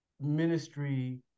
ministry